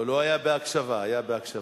אבל הוא היה בהקשבה, היה בהקשבה.